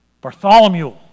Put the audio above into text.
Bartholomew